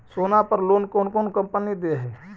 सोना पर लोन कौन कौन कंपनी दे है?